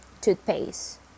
toothpaste